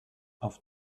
auf